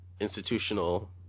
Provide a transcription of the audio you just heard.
institutional